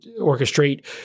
orchestrate